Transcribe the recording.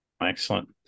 Excellent